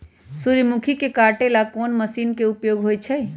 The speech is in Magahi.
सूर्यमुखी के काटे ला कोंन मशीन के उपयोग होई छइ?